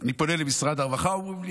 אני פונה למשרד הרווחה, אומרים לי.